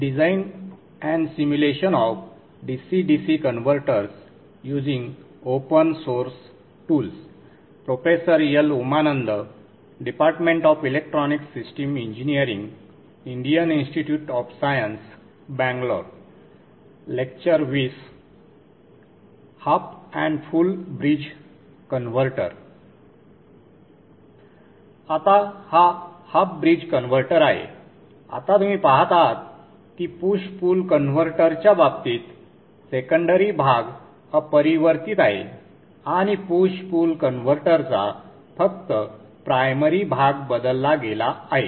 आता हा half bridge converter आहे आता तुम्ही पाहत आहात की पुश पुल कन्व्हर्टरच्या बाबतीत सेकंडरी भाग अपरिवर्तित आहे आणि पुश पुल कन्व्हर्टरचा फक्त प्रायमरी भाग बदलला गेला आहे